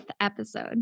episode